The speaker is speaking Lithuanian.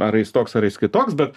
ar jis toks ar jis kitoks bet